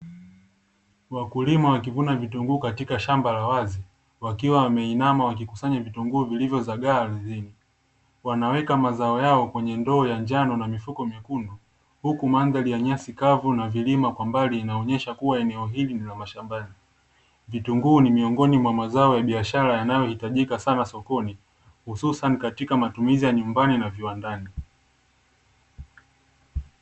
Wakulima wakivuna vitunguu katika shamba la wazi wakiwa wameinama wakikusanya vitunguu vilivyo zagaa ardhini wanaweka mazao yao kwenye ndoo ya njano na mifuko miekundu huku madhari ya nyasi kavu na milima kwa mbali inaonyesha kuwa eneo hili lina mashambani vitunguu ni miongoni mwa mazao ya biashara yanayohitajika sana sokoni hususan katika matumizi ya nyumbani na viwandani